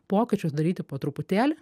pokyčius daryti po truputėlį